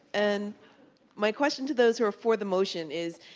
and my question to those who are for the motion is,